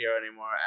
anymore